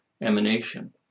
emanation